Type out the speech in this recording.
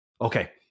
Okay